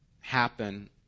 happen